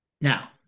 Now